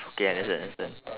okay understand understand